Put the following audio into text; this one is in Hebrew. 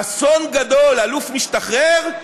אסון גדול, אלוף משתחרר,